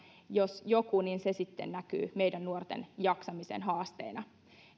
jos joku näkyy meidän nuorten jaksamisen haasteena